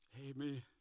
Amen